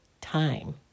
time